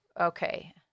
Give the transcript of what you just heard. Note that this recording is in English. Okay